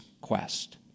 quest